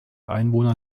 einwohner